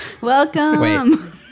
Welcome